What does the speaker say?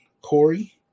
Corey